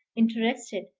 interested,